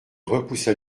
repoussa